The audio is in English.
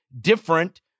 different